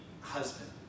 husband